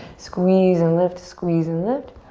squeeze and lift, squeeze and lift.